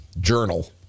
journal